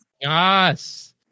Yes